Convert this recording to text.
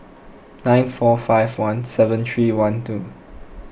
nine four five one seven three one two